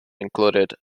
included